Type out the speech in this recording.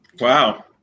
Wow